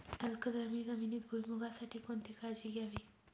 अल्कधर्मी जमिनीत भुईमूगासाठी कोणती काळजी घ्यावी?